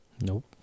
Nope